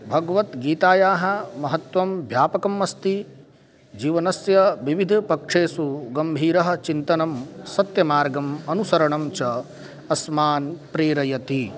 भगवद्गीतायाः महत्त्वं व्यापकम् अस्ति जीवनस्य विविधपक्षेषु गम्भीरं चिन्तनं सत्यमार्गम् अनुसरणं च अस्मान् प्रेरयति